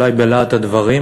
אולי בלהט הדברים,